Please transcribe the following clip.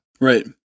Right